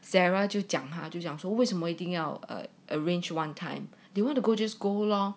sarah 就讲他就讲说为什么一定要 ah arrange one time they want to go just go lor